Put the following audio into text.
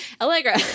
Allegra